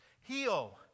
heal